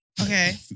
Okay